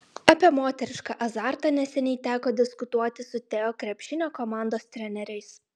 apie moterišką azartą neseniai teko diskutuoti su teo krepšinio komandos treneriais